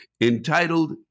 entitled